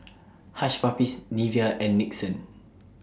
Hush Puppies Nivea and Nixon